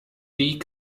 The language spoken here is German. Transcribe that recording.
die